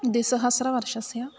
द्विसहस्रवर्षस्य